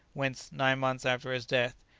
whence, nine months after his death,